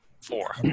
Four